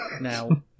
Now